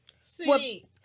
Sweet